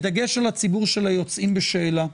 בדגש על הציבור של היוצאים בשאלה?